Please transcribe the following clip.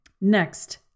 Next